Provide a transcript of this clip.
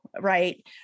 right